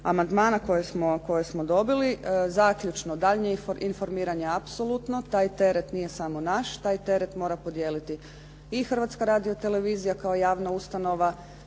koje smo dobili zaključno daljnje informiranje apsolutno. Taj teret nije samo naš, taj teret mora podijeliti i Hrvatska radio-televizija kao javna ustanova,